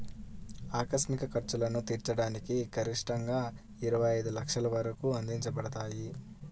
ఆకస్మిక ఖర్చులను తీర్చడానికి గరిష్టంగాఇరవై ఐదు లక్షల వరకు అందించబడతాయి